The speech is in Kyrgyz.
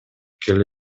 келе